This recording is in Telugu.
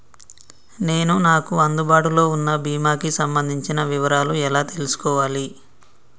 నేను నాకు అందుబాటులో ఉన్న బీమా కి సంబంధించిన వివరాలు ఎలా తెలుసుకోవాలి?